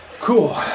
Cool